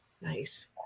Nice